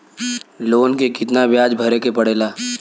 Loan के कितना ब्याज भरे के पड़े ला?